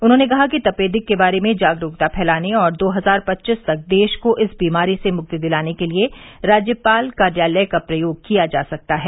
उन्होंने कहा कि तपेदिक के बारे में जागरूकता फैलाने और दो हजार पच्चीस तक देश को इस बीमारी से मुक्ति दिलाने के लिए राज्यपाल कार्यालय का प्रयोग किया जा सकता है